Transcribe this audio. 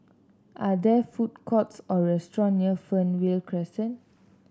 are there food courts or restaurant near Fernvale Crescent